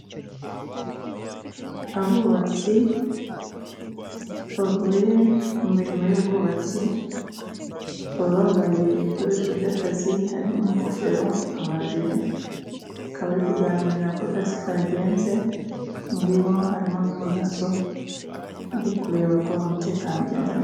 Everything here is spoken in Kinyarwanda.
Abubatsi bavuye mu mirimo y'ubwubatsi， bakaba bambariye ibikoresho by'akazi，harimo n' ingofero， amajire，bakaba bari kuganira uko akazi kagenze， muri bo harimo n'umudaso，uri kureba ko umutekano ugenda neza.